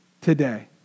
today